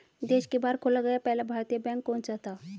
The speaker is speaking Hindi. देश के बाहर खोला गया पहला भारतीय बैंक कौन सा था?